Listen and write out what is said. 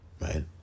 Right